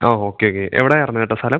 ആ ഓക്കെ എവിഡി ആയിരുന്നു ഏട്ടാ സലം